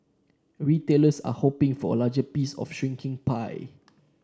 retailers are hoping for a larger piece of a shrinking pie